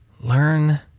learn